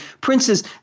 princes